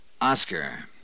Oscar